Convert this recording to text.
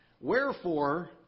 Wherefore